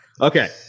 Okay